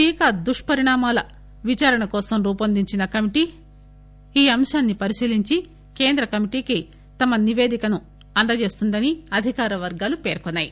టీకా దుష్ పరిణామాల విచారణ కోసం రూపొందించిన కమిటీ ఈ అంశాన్ని పరిశీలించి కేంద్ర కమిటీకి తమ నివేదికను సమర్పిస్తుందని అధికార వర్గాలు పేర్కొన్నాయి